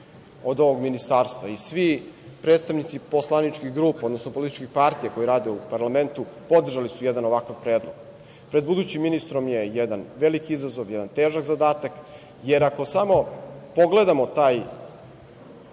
od ovog ministarstva i svi predstavnici poslaničkih grupa, odnosno političkih partija koji rade u parlamentu podržali su jedan ovakav predlog. Pred budućim ministrom je jedan veliki izazov, jedan težak zadatak, jer ako samo pogledamo tu